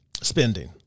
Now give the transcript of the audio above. spending